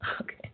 Okay